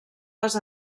les